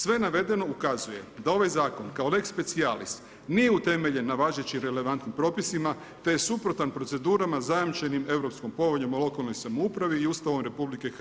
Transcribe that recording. Sve navedeno ukazuje, da ovaj zakon, kao lex specijalis, nije utemeljen na važeći relevantnim propisima, te je suprotan procedurama zajamčenim europskom poveljom o lokalnoj samoupravi i Ustavom RH.